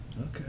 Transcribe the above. Okay